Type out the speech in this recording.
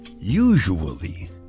Usually